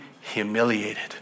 humiliated